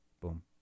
boom